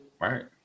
right